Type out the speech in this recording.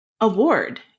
award